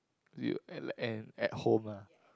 y~ and and at home ah